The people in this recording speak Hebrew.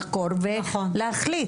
לחקור ולהחליט.